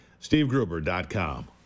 stevegruber.com